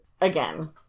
again